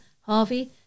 Harvey